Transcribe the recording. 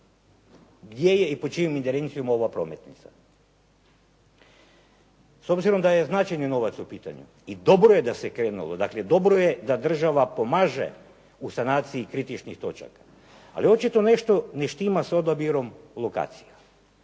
gdje je i pod čijom ingerencijom ova prometnica. S obzirom da je značajni novac u pitanju i dobro je da se krenulo, dakle, dobro je da država pomaže u sanaciji kritičnih točaka, ali očito nešto ne štima sa odabirom lokacija,